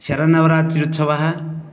शरन्नवरात्रि उत्सवः